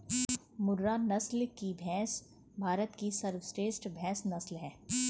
मुर्रा नस्ल की भैंस भारत की सर्वश्रेष्ठ भैंस नस्ल है